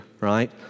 right